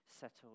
settle